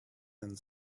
and